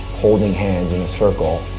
holding hands in a circle,